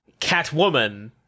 Catwoman